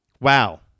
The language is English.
Wow